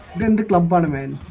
the nickel above them, and